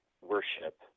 worship